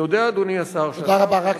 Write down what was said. אני יודע, אדוני השר, שאתה בוודאי, תודה רבה.